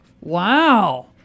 wow